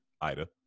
Ida